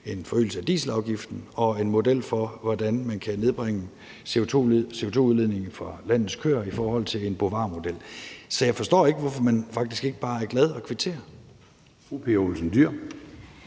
en forøgelse af dieselafgiften og i forhold til en model for, hvordan man kan nedbringe CO2-udledningen fra landets køer i forhold til en Bovaermodel. Så jeg forstår faktisk ikke, hvorfor man ikke bare er glad og kvitterer